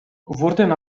wurden